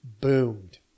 boomed